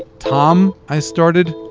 tom, i started.